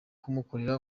kumukorera